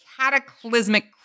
cataclysmic